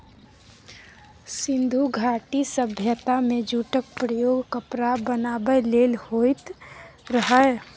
सिंधु घाटी सभ्यता मे जुटक प्रयोग कपड़ा बनाबै लेल होइत रहय